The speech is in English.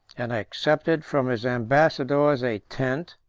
and accepted from his ambassadors a tent,